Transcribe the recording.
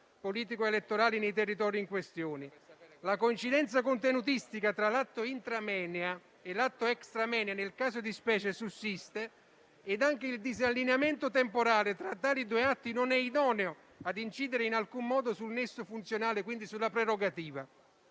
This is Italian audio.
politico-elettorali nei territori in questioni. La coincidenza contenutistica tra l'atto *intra moenia* e l'atto *extra moenia* nel caso di specie sussiste e anche il disallineamento temporale tra tali due atti non è idoneo a incidere in alcun modo sul nesso funzionale, quindi sulla prerogativa,